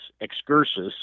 excursus